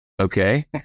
Okay